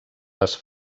les